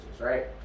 right